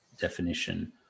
definition